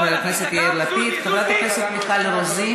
לעדי קול גם עשית: זוזי,